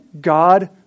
God